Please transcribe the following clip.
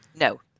No